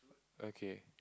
okay